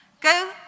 Go